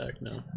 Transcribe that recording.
no